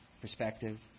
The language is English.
Perspective